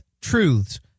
truths